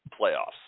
playoffs